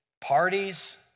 parties